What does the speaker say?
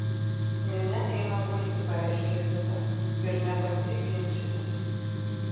minia eina gulti pareiškė vitas ir nebandyk ginčytis